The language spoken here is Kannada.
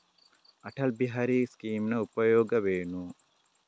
ಅಟಲ್ ಬಿಹಾರಿ ಸ್ಕೀಮಿನ ಉಪಯೋಗವೇನು?